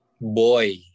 boy